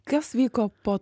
kas vyko po